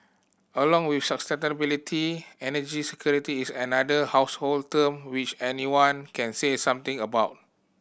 along with energy security is another household term which anyone can say something about